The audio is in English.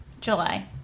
July